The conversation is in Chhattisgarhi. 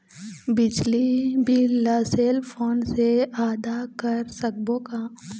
बिजली बिल ला सेल फोन से आदा कर सकबो का?